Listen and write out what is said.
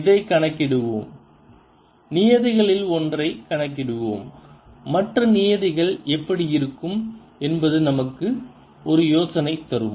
இதைக் கணக்கிடுவோம் நியதிகளில் ஒன்றைக் கணக்கிடுவோம் மற்ற நியதிகள் எப்படியிருக்கும் என்பது நமக்கு ஒரு யோசனையைத் தரும்